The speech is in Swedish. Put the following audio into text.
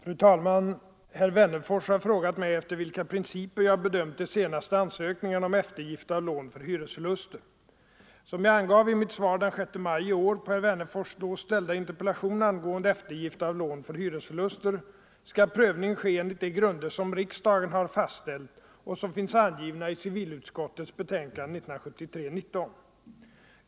Fru talman! Herr Wennerfors har frågat mig efter vilka principer jag bedömt de senaste ansökningarna om eftergift av lån för hyresförluster. Som jag angav i mitt svar den 6 maj i år på herr Wennerfors då ställda interpellation angående eftergift av lån för hyresförluster skall prövning ske enligt de grunder som riksdagen har fastställt och som finns angivna i civilutskottets betänkande 1973:19.